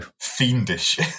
Fiendish